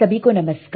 सभी को नमस्कार